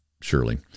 surely